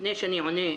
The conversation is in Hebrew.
לפני שאני עונה,